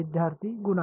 विद्यार्थीः गुणाकार